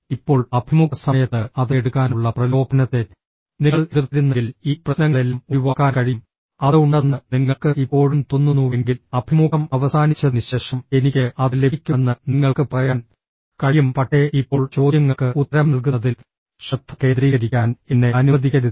ഇപ്പോൾ അഭിമുഖ സമയത്ത് അത് എടുക്കാനുള്ള പ്രലോഭനത്തെ നിങ്ങൾ എതിർത്തിരുന്നെങ്കിൽ ഈ പ്രശ്നങ്ങളെല്ലാം ഒഴിവാക്കാൻ കഴിയും അത് ഉണ്ടെന്ന് നിങ്ങൾക്ക് ഇപ്പോഴും തോന്നുന്നുവെങ്കിൽ അഭിമുഖം അവസാനിച്ചതിന് ശേഷം എനിക്ക് അത് ലഭിക്കുമെന്ന് നിങ്ങൾക്ക് പറയാൻ കഴിയും പക്ഷേ ഇപ്പോൾ ചോദ്യങ്ങൾക്ക് ഉത്തരം നൽകുന്നതിൽ ശ്രദ്ധ കേന്ദ്രീകരിക്കാൻ എന്നെ അനുവദിക്കരുത്